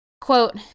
Quote